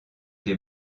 des